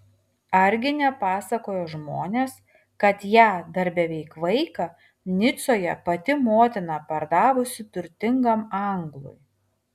argi nepasakojo žmonės kad ją dar beveik vaiką nicoje pati motina pardavusi turtingam anglui